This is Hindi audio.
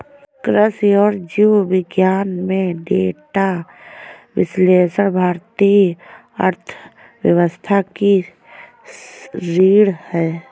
कृषि और जीव विज्ञान में डेटा विश्लेषण भारतीय अर्थव्यवस्था की रीढ़ है